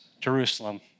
Jerusalem